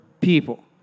people